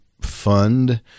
fund